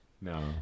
No